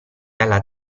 alla